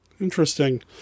Interesting